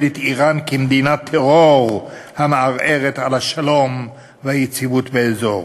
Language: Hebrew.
איראן כמדינת טרור המערערת על השלום והיציבות באזור.